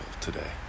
today